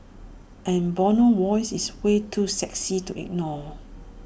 and Bono's voice is way too sexy to ignore